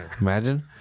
Imagine